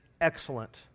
excellent